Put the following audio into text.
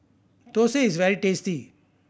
thosai is very tasty